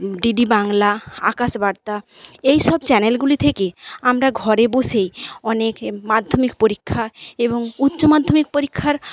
DD Bangla আকাশবার্তা এইসব চ্যানেলগুলি থেকে আমরা ঘরে বসেই অনেক মাধ্যমিক পরীক্ষা এবং উচ্চ মাধ্যমিক পরীক্ষার